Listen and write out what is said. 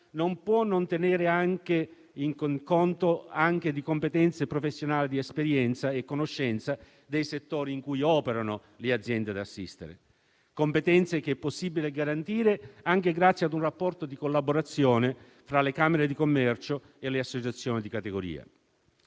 non può non tenere conto anche di competenze professionali, di esperienza e conoscenza dei settori in cui operano le aziende da assistere. È possibile garantire tali competenze anche grazie ad un rapporto di collaborazione tra le camere di commercio e le associazioni di categoria.